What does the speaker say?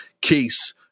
case